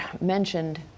mentioned